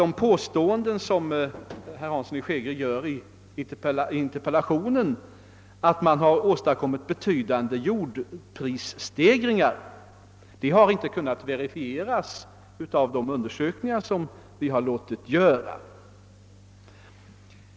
De påståenden som herr Hansson i Skegrie i interpellationen gör om att kommunerna har medverkat till betydande markprisstegringar har inte kunnat verifieras av de undersökningar som vi låtit göra.